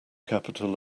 capital